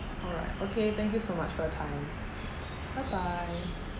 alright okay thank you so much for your time bye bye